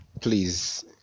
please